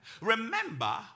Remember